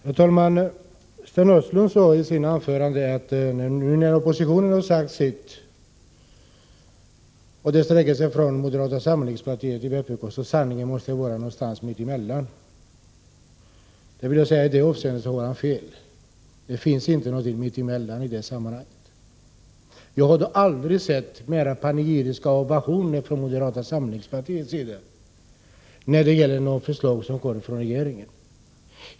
Herr talman! Sten Östlund sade i sitt anförande att oppositionen nu sagt sitt — och den sträcker sig från moderata samlingspartiet till vpk — och att sanningen måste ligga någonstans mitt emellan. I det avseendet har han fel. Det finns inte något mitt emellan i det sammanhanget. Jag har då aldrig hört mera panegyriska ovationer från moderata samlingspartiets sida när det gäller ett förslag som kommer från regeringen.